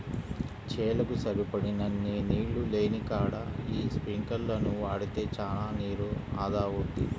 చేలకు సరిపడినన్ని నీళ్ళు లేనికాడ యీ స్పింకర్లను వాడితే చానా నీరు ఆదా అవుద్ది